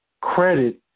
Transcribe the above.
credit